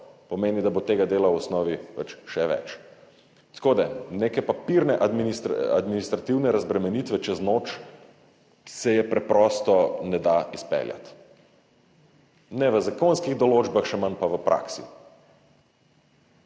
pomeni, da bo tega dela v osnovi še več. Tako da, neke papirne administrativne razbremenitve čez noč se je preprosto ne da izpeljati, ne v zakonskih določbah, še manj pa v praksi.